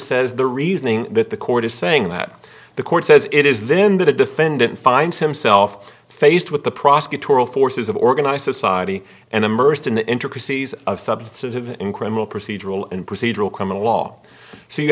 says the reasoning that the court is saying that the court says it is then that a defendant finds himself faced with the prosecutorial forces of organized society and immersed in the intricacies of substantive in criminal procedural and procedural criminal law so you